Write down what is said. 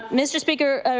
um mr. speaker or,